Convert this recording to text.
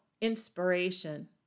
inspiration